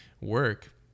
work